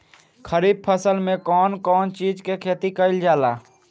खरीफ फसल मे कउन कउन चीज के खेती कईल जाला?